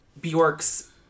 Bjork's